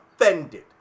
offended